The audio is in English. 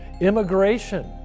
immigration